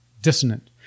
dissonant